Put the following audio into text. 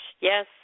Yes